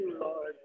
Lord